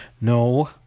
No